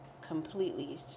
completely